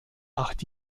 acht